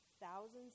thousands